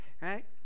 right